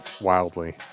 wildly